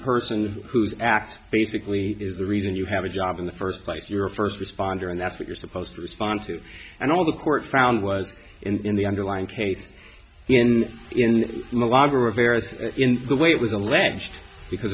person whose act basically is the reason you have a job in the first place you're a first responder and that's what you're supposed to respond to and all the court found was in the underlying kate in in milan rivera in the way it was alleged because